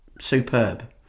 superb